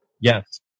Yes